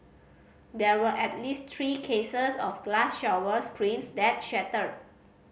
there were at least three cases of glass shower screens that shattered